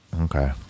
Okay